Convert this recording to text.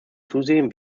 zusehen